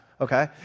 Okay